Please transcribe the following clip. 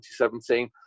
2017